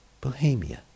Bohemia